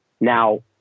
Now